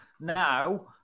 now